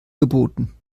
geboten